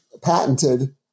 patented